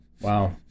Wow